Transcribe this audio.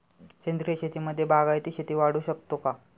सेंद्रिय शेतीमध्ये बागायती शेती वाढवू शकतो का?